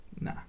Nah